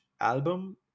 album